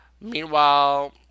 Meanwhile